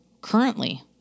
currently